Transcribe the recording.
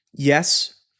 Yes